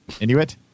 Inuit